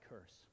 curse